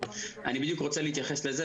אני בדיוק רוצה להתייחס לזה.